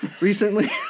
recently